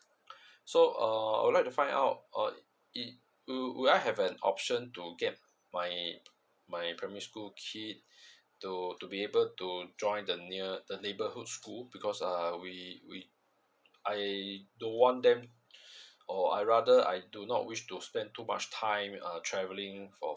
so uh I would like to find out uh err do do I have an option to get my my primary school kid to to be able to join the near the neighbourhood school because uh we we I don't want them or I rather I do not wish to spend too much time uh travelling for